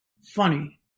Funny